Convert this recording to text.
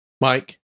Mike